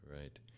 right